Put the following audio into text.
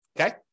Okay